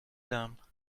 dumb